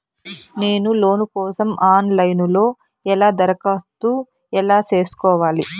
నేను లోను కోసం online లో ఎలా దరఖాస్తు ఎలా సేసుకోవాలి?